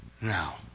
now